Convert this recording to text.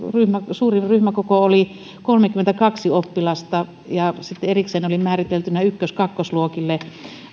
suurin ryhmäkoko oli kolmekymmentäkaksi oppilasta ja sitten erikseen oli määriteltynä ykkös ja kakkosluokille